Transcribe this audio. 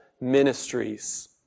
ministries